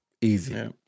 Easy